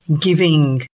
Giving